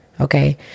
Okay